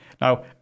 now